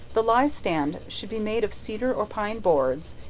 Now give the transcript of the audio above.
the leystand should be made of cedar or pine boards,